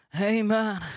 Amen